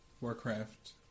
Warcraft